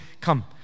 come